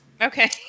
Okay